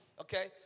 okay